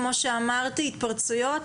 כמו שאמרתי, התפרצויות